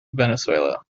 venezuela